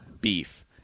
beef